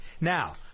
Now